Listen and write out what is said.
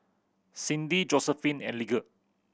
Cindi Josephine and Lige